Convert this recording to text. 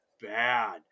bad